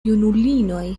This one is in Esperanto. junulinoj